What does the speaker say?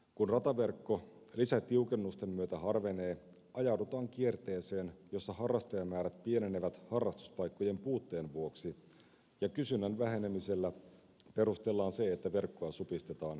kun rataverkko lisätiukennusten myötä harvenee ajaudutaan kierteeseen jossa harrastajamäärät pienenevät harrastuspaikkojen puutteen vuoksi ja kysynnän vähenemisellä perustellaan se että verkkoa supistetaan entisestään